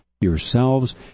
yourselves